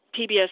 PBS